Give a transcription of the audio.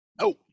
No